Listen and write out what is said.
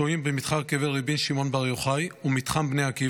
במתחם קבר רבי שמעון בר יוחאי ומתחם בני עקיבא